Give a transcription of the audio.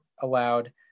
allowed